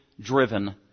driven